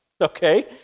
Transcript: Okay